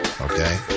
Okay